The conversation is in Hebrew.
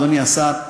אדוני השר,